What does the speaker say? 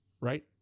right